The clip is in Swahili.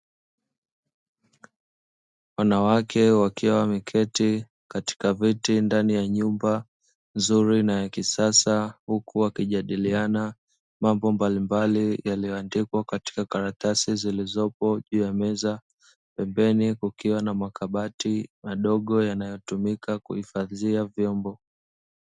Wanawake wakiwa wameketi katika viti ndani ya nyumba nzuri na ya kisasa, huku wakijadiliana mambo mbalimbali yaliyoandikwa katika karatasi zilizopo juu ya meza, pembeni kukiwa na makabati madogo yanayotumika kuhifadhia vyombo.